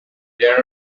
there